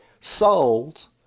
sold